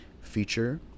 feature